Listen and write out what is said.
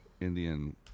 Indian